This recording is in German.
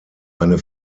eine